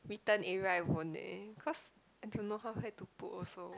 return area I won't eh cause I don't know how where to put also